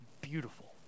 beautiful